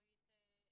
מישהו הגדיר זמן סביר?